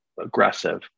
aggressive